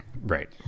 Right